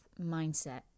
mindset